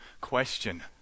question